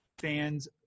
Fans